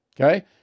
Okay